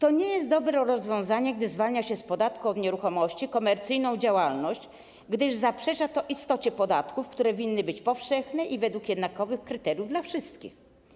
To nie jest dobre rozwiązanie, gdy zwalnia się z podatku od nieruchomości komercyjną działalność, gdyż zaprzecza to istocie podatków, które powinny być powszechne i oparte na jednakowych kryteriach dla wszystkich.